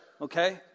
okay